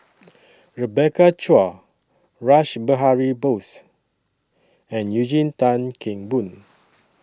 Rebecca Chua Rash Behari Bose and Eugene Tan Kheng Boon